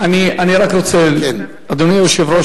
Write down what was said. אדוני היושב-ראש,